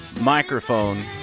microphone